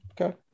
okay